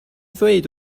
ddweud